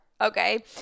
okay